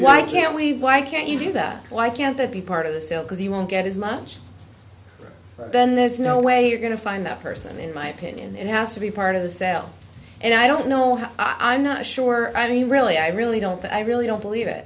why can't we why can't you do that why can't that be part of the sale because you won't get as much then there's no way you're going to find that person in my opinion it has to be part of the sale and i don't know how i'm not sure i mean really i really don't but i really don't believe it